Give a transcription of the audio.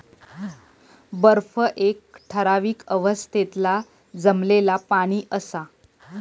बर्फ एक ठरावीक अवस्थेतला जमलेला पाणि असा